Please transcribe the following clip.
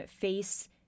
face